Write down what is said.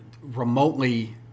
remotely